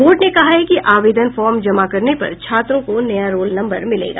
board ने कहा है कि आवेदन फॉर्म जमा करने पर छात्रों को नया रौल नम्बर मिलेगा